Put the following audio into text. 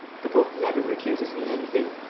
the pope never refuses me anything.